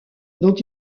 dont